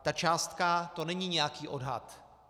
Ta částka, to není nějaký odhad.